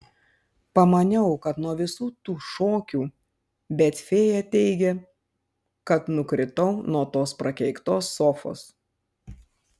pamaniau kad nuo visų tų šokių bet fėja teigia kad nukritau nuo tos prakeiktos sofos